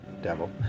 devil